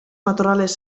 matorrales